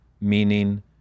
meaning